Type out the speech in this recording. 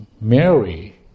Mary